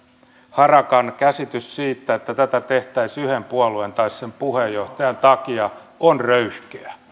harakan käsitys siitä että tätä tehtäisiin yhden puolueen tai sen puheenjohtajan takia on röyhkeä